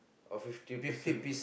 or fifty percent